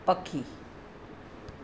पखी